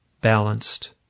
balanced